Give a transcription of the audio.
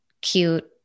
cute